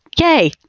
yay